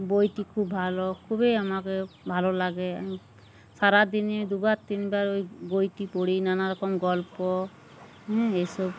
বইটি খুব ভালো খুবই আমাকে ভালো লাগে সারাদিনে দুবার তিনবার ওই বইটি পড়ি নানারকম গল্প হ্যাঁ এইসব